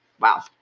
Wow